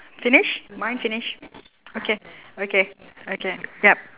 finish mine finish okay okay okay yup